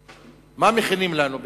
מה מכינים לנו בעצם?